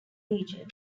region